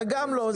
אתה גם לא?